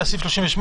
החירום.